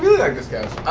like this couch.